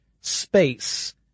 space